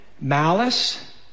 malice